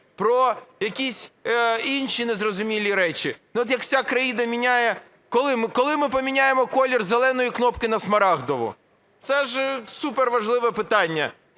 про якісь інші незрозумілі речі. Ну от як вся країна міняє… коли ми поміняємо колір зеленої кнопки на смарагдову? Це ж супер важливе питання.